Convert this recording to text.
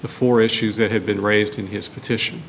before issues that have been raised in his petition